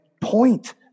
point